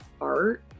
Art